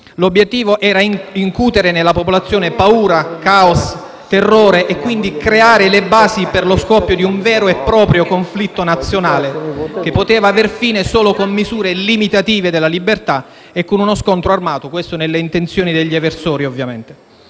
L'obiettivo era incutere nella popolazione paura, caos, terrore e, quindi, creare le basi per lo scoppio di un vero e proprio conflitto nazionale che poteva aver fine solo con misure limitative della libertà e con uno scontro armato: questo, ovviamente, nelle intenzioni degli eversori. Rileggere